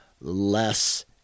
less